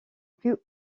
plus